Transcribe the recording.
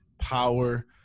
power